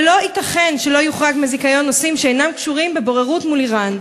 לא ייתכן שלא יוחרגו מהזיכיון נושאים שאינם קשורים לבוררות מול איראן.